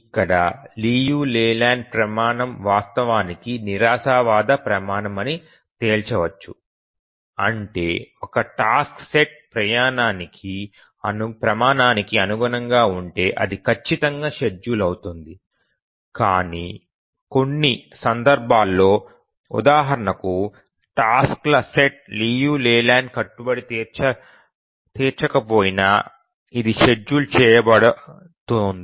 ఇక్కడ లియు లేలాండ్ ప్రమాణం వాస్తవానికి నిరాశావాద ప్రమాణం అని తేల్చవచ్చు అంటే ఒక టాస్క్ సెట్ ప్రమాణానికి అనుగుణంగా ఉంటే అది ఖచ్చితంగా షెడ్యూల్ అవుతుంది కానీ కొన్ని సందర్భాల్లో ఉదాహరణకు టాస్క్ ల సెట్ లియు లేలాండ్ కట్టుబడి తీర్చకపోయినా ఇది షెడ్యూల్ చేయబడుతోంది